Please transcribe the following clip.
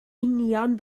union